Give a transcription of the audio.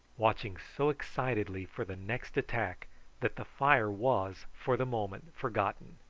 watching so excitedly for the next attack that the fire was for the moment forgotten.